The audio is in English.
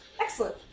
Excellent